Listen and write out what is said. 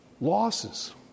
losses